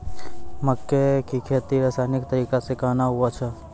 मक्के की खेती रसायनिक तरीका से कहना हुआ छ?